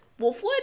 wolfwood